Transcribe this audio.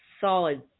solid